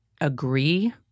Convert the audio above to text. agree